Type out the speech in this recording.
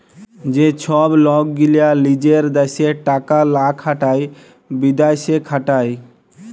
যে ছব লক গীলা লিজের দ্যাশে টাকা লা খাটায় বিদ্যাশে খাটায়